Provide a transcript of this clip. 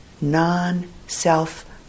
non-self